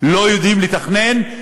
לא יודעים לתכנן,